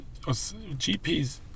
gps